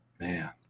Man